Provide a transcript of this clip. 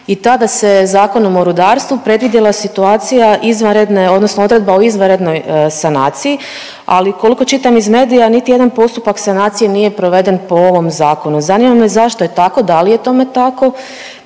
i tada se Zakonom o rudarstvu predvidjela situacija izvanredne odnosno odredba o izvanrednoj sanaciji, ali koliko čitam iz medija, niti jedan postupak sanacije nije proveden po ovom Zakonu. Zanima me zašto je tako, da li je tome tako